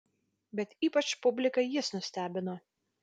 bet ypač publiką jis nustebino